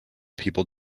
people